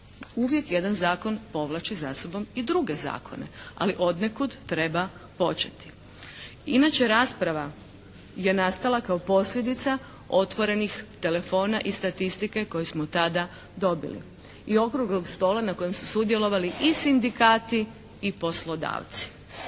Uvijek jedan zakon povlači za sobom i druge zakone, ali od nekud treba početi. Inače rasprava je nastala kao posljedica otvorenih telefona i statistike koju smo tada dobili i okruglog stola na kojem su sudjelovali i sindikati i poslodavci.